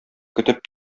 көтеп